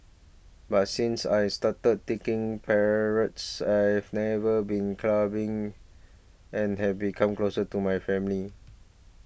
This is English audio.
but since I started taking parrots I've never been clubbing and have become closer to my family